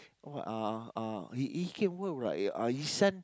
uh uh he he can work right uh his son